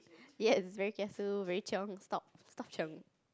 yes very kiasu very chiong stop chiong